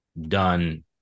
done